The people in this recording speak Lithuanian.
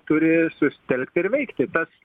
turi susitelkti ir veikti tas